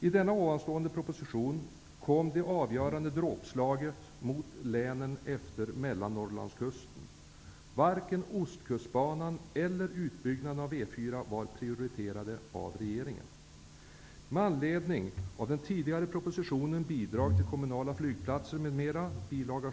I denna proposition kom det avgörande dråpslaget mot länen utefter Mellannorrlandskusten. Varken ostkustbanan eller utbyggnaden av E4 var prioriterade av regeringen.